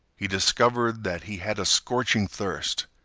he discovered that he had a scorching thirst.